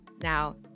Now